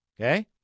Okay